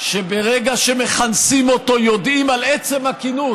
שברגע שמכנסים אותו יודעים על עצם הכינוס,